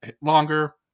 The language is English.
longer